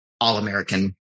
all-American